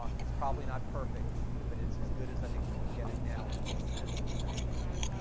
um it's probably not perfect but it's as good as i think we can get it now and we'll improve it the next round.